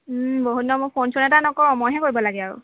বহুদিনৰ মূৰত ফোন চোন এটা নকৰ মই হে কৰিব লাগে আৰু